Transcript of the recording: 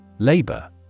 Labor